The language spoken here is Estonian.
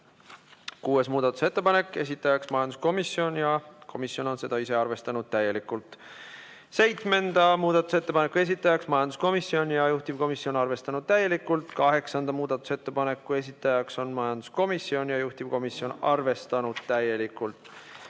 muudatusettepanek, esitaja majanduskomisjon ja komisjon on seda arvestanud täielikult. Seitsmenda muudatusettepaneku esitaja on majanduskomisjon ja juhtivkomisjon on arvestanud täielikult. Kaheksanda muudatusettepaneku esitajaks on majanduskomisjon ja juhtivkomisjon on arvestanud täielikult.